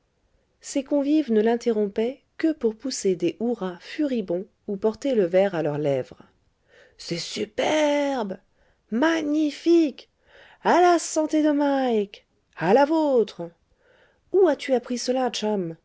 ses convives ne l'interrompaient que pour pousser des hourrahs furibonds ou porter le verre à leurs lèvres c'est superbe magnifique a la santé de mike a la vôtre ou as-tu appris cela chum